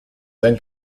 then